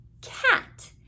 cat